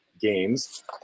games